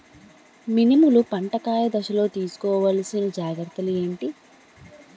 మినుములు పంట కాయ దశలో తిస్కోవాలసిన జాగ్రత్తలు ఏంటి?